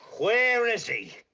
where is he?